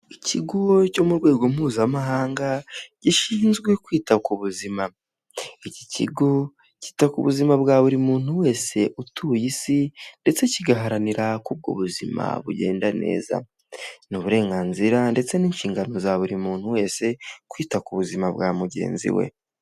Ikigo cyo mu rwego mpuzamahanga gishinzwe kwita ku buzima, iki kigo cyita ku buzima bwa buri muntu wese utuye isi ndetse kigaharanira ko ubwo buzima bugenda neza ni uburenganzira ndetse n'inshingano za buri muntu wese kwita ku buzima bwa mugenzi we.